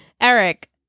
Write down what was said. Eric